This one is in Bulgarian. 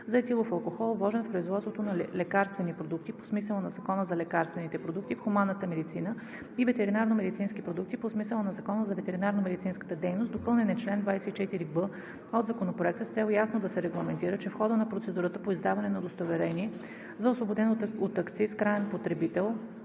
за етилов алкохол, вложен в производството на лекарствени продукти по смисъла на Закона за лекарствените продукти в хуманната медицина и ветеринарномедицински продукти по смисъла на Закона за ветеринарномедицинската дейност. Допълнен е чл. 24б от Законопроекта с цел ясно да се регламентира, че в хода на процедурата по издаване на удостоверение за освободен от акциз краен потребител